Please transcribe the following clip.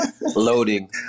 loading